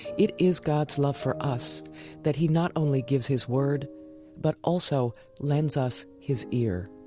it is god's love for us that he not only gives his word but also lends us his ear,